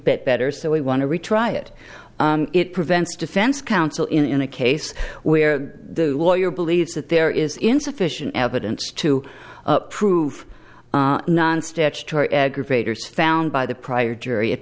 better so we want to retry it it prevents defense counsel in a case where the lawyer believes that there is insufficient evidence to prove non statutory aggravators found by the prior jury it